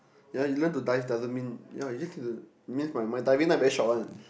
ya you learn to dive doesn't mean ya you just need to means my my diving time very short one